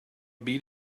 beat